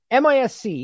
MISC